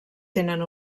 tenen